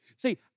See